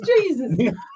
Jesus